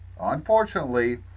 unfortunately